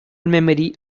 memory